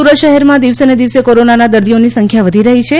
સુરત શહેરમાં દિવસેને દિવસે કોરોના ના દર્દીઓની સંખ્યા વધી રહી છે